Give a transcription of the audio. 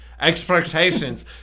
expectations